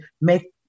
make